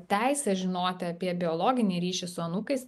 teisę žinoti apie biologinį ryšį su anūkais